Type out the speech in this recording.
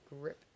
grip